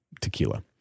tequila